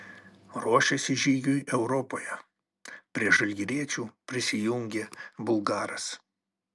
ruošiasi žygiui europoje prie žalgiriečių prisijungė bulgaras